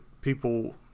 people